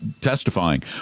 testifying